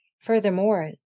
Furthermore